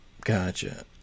Gotcha